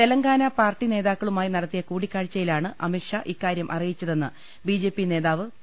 Telangana party നേതാ ക്കളുമായി നടത്തിയ കൂടിക്കാഴ്ചയിലാണ് അമിത്ഷാ ഇക്കാര്യം അറിയി ച്ചതെന്ന് ബിജെപി നേതാവ് പി